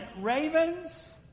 ravens